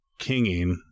kinging